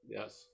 yes